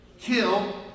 kill